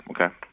Okay